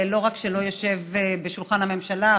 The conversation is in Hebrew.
לא רק שלא יושב בשולחן הממשלה,